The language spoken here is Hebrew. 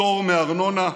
פטור מארנונה,